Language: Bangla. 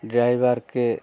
ড্রাইভারকে